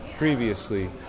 Previously